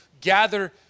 gather